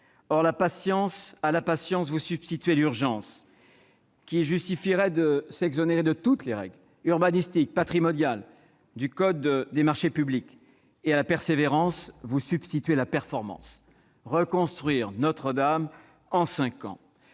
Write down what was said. Or à la patience vous substituez l'urgence, qui justifierait de s'exonérer de toutes les règles urbanistiques, patrimoniales du code des marchés publics ; et à la persévérance vous substituez la performance : reconstruire Notre-Dame en cinq ans